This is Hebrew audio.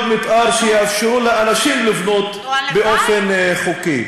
מתאר שיאפשרו לאנשים לבנות באופן חוקי.